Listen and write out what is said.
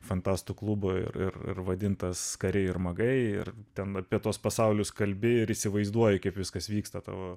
fantastų klubo ir vadintas kariai ir magai ir ten apie tuos pasaulius kalbėjo ir įsivaizduoji kaip viskas vyksta tavo